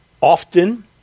often